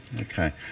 Okay